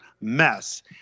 mess